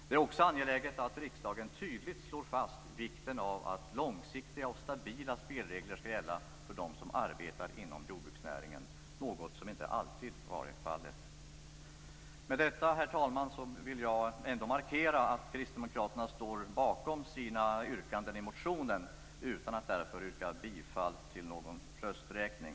Det är också angeläget att riksdagen tydligt slår fast vikten av att långsiktiga och stabila spelregler skall gälla för dem som arbetar inom jordbruksnäringen, något som inte alltid varit fallet. Med detta, herr talman, vill jag markera att kristdemokraterna står bakom yrkandena i sin motionen, även om vi inte kommer att yrka bifall till våra förslag.